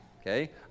okay